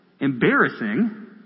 embarrassing